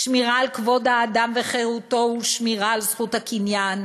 שמירה על כבוד האדם וחירותו ושמירה על זכות הקניין